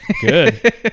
Good